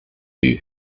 you